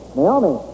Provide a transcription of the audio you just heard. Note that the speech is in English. Naomi